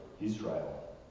Israel